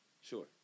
Sure